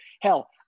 Hell